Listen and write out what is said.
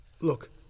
Look